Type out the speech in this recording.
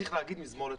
צריך להגיד מזמור לתודה.